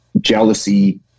jealousy